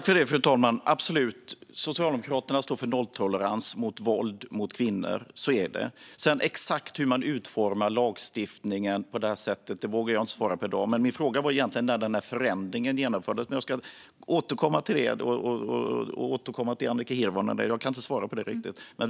Fru talman! Socialdemokraterna står absolut för nolltolerans mot våld mot kvinnor - så är det. Exakt hur man sedan utformar lagstiftningen vågar jag inte svara på i dag. Min fråga var egentligen när denna förändring genomfördes, men jag ska återkomma till detta och återkomma till Annika Hirvonen. Jag kan inte riktigt svara på det.